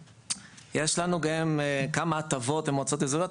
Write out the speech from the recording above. יש לנו גם כמה הטבות למועצות אזוריות,